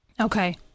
Okay